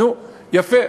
נו, יפה.